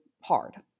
hard